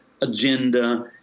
agenda